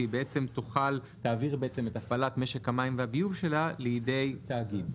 שהיא בעצם תעביר את הפעלת משק המים והביוב שלה לידי תאגיד.